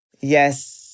Yes